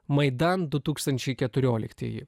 maidan du tūkstančiai keturioliktieji